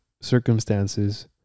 circumstances